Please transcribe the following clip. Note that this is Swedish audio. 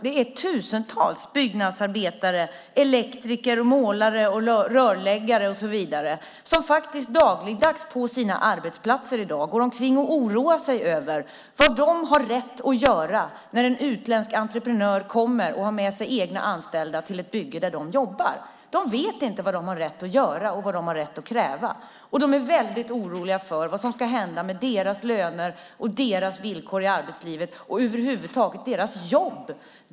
Det är tusentals byggnadsarbetare, elektriker, målare, rörläggare och så vidare, Sven Otto Littorin, som dagligdags på sina arbetsplatser går omkring och oroar sig över vad de har rätt att göra när en utländsk entreprenör har med sig egna anställda till ett bygge där de jobbar. De vet inte vad de har rätt att göra och rätt att kräva. De är väldigt oroliga för vad som ska hända med deras löner, deras villkor i arbetslivet och över huvud taget deras jobb.